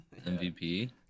MVP